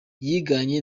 yiganye